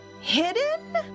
Hidden